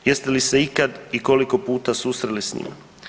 Jeste li se ikad i koliko puta susreli s njima?